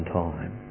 time